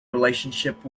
relationship